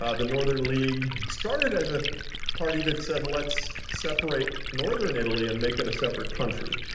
ah the northern league started as a party that said let's separate northern italy and make it a separate country,